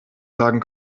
sagen